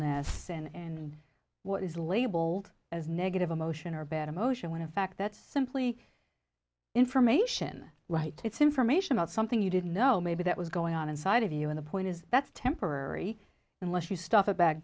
ness and what is labeled as negative emotion or bad emotion when in fact that's simply information right it's information about something you didn't know maybe that was going on inside of you in the point is that's temporary unless you stuff it back